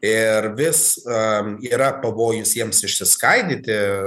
ir vis am yra pavojus jiems išsiskaidyti